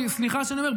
סליחה שאני אומר,